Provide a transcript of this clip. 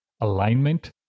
Alignment